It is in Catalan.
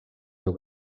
seu